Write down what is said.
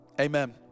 Amen